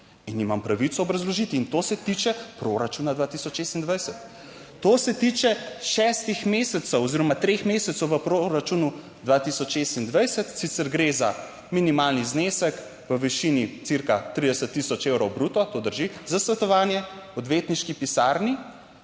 In imam pravico obrazložiti in to se tiče proračuna 2026. To se tiče šestih mesecev oziroma treh mesecev v proračunu 2026, sicer gre za minimalni znesek v višini cirka 30000 evrov bruto, to drži za svetovanje odvetniški pisarni,